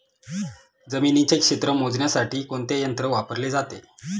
जमिनीचे क्षेत्र मोजण्यासाठी कोणते यंत्र वापरले जाते?